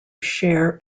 share